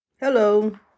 Hello